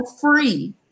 free